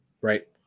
right